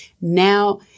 Now